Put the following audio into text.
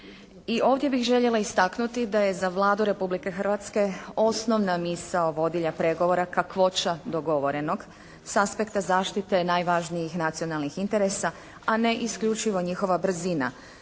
I ovdje bih željela istaknuti da je za Vladu Republike Hrvatske osnovna misao vodilja pregovora kakvoća dogovorenog sa aspekta zaštite najvažnijih nacionalnih interesa, a ne isključivo njihova brzina.